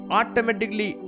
automatically